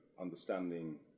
understanding